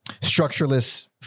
structureless